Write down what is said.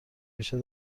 بیشتر